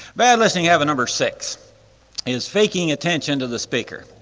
bad listening habit number six is faking attention to the speaker.